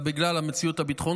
אלא גם בגלל המציאות הביטחונית.